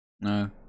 No